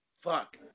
fuck